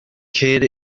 kid